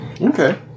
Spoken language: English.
Okay